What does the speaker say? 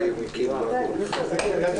הישיבה